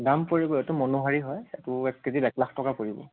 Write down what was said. দাম পৰিব এইটো মনোহাৰি হয় এইটো এক কেজিত এক লাখ টকা পৰিব